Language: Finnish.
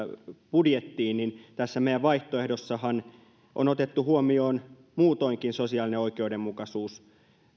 budjettiin niin tässä meidän vaihtoehdossammehan on otettu huomioon muutoinkin sosiaalinen oikeudenmukaisuus